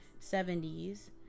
70s